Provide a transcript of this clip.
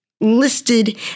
listed